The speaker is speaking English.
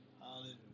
Hallelujah